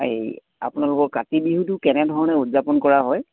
এই আপোনালোকৰ কাতি বিহুটো কেনেধৰণে উদযাপন কৰা হয়